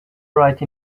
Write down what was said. right